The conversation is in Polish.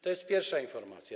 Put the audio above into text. To jest pierwsza informacja.